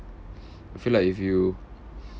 I feel like if you